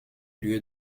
lieu